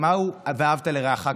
זה לא מאוחר,